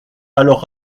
alors